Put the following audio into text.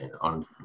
on